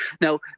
Now